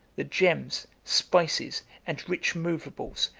the gems, spices, and rich movables,